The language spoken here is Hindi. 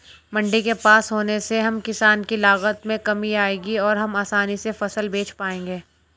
मंडी के पास होने से हम किसान की लागत में कमी आएगी और हम आसानी से फसल बेच पाएंगे